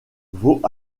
vaut